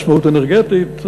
עצמאות אנרגטית,